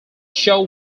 show